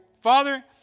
Father